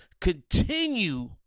continue